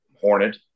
Hornet